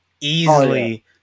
easily